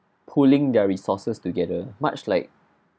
pooling their resources together much like